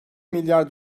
milyar